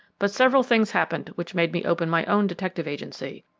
but several things happened which made me open my own detective agency,